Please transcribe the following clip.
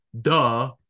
duh